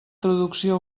traducció